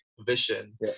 vision